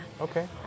Okay